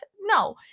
No